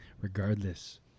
regardless